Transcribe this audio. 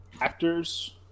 actors